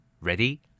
Ready